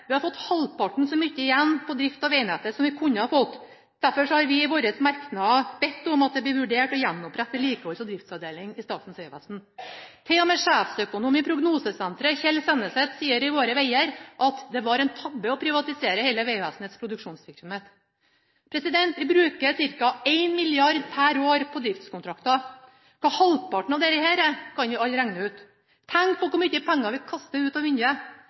Vi har fått halvparten så mye igjen på drift av vegnettet som vi kunne ha fått. Derfor har vi i våre merknader bedt om at det blir vurdert å gjenopprette en vedlikeholds- og driftsavdeling i Statens vegvesen. Sjeføkonom i Prognosesenteret, Kjell Senneset, sier til og med i Våre Veger at «det var en tabbe å privatisere hele Vegvesenets produksjonsvirksomhet». Vi bruker ca. 1 mrd. kr per år på driftskontrakter. Hva halvparten av dette er, kan vi alle regne ut. Tenk hvor mye penger vi kaster ut